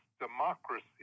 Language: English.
democracy